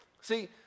See